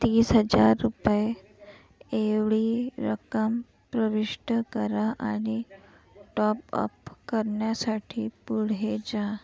तीस हजार रुपये एवढी रक्कम प्रविष्ट करा आणि टॉप अप करण्यासाठी पुढे जा